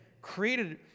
Created